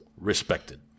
respected